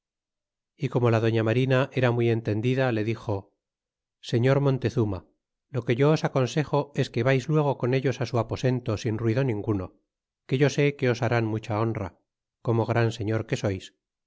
y como la doña marina era muy entendida le dixo señor montezuma lo que yo os aconsejo es que vais luego con ellos á su aposento sin ruido ninguno que yo sé que os harán mucha honra como gran señor que sois